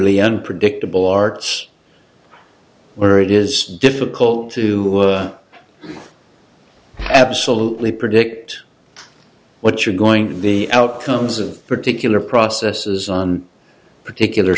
early unpredictable arts where it is difficult to absolutely predict what you're going the outcomes of particular processes on particular